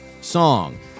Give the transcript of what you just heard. song